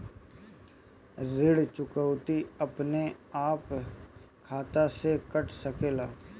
ऋण चुकौती अपने आप खाता से कट सकेला?